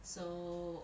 so